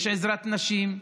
יש עזרת נשים,